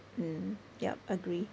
mm yup agree